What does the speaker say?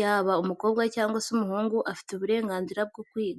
yaba umukobwa cyangwa se umuhungu afite uburenganzira bwo kwiga.